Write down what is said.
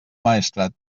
maestrat